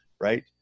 right